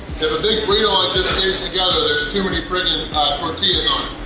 if a big burrito like this stays together, there's too many tortillas on